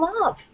love